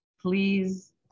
Please